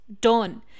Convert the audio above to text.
done